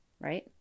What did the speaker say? right